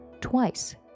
twice